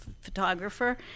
photographer